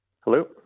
Hello